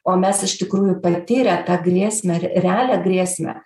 o mes iš tikrųjų patyrę tą grėsmę ir realią grėsmę